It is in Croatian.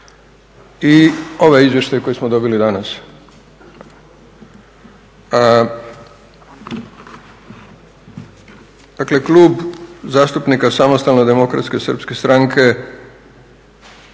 i ovaj izvještaj koji smo dobili danas. Dakle Kluba zastupnika Samostalne demokratske srpske stranke